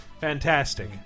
Fantastic